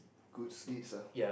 good deeds ah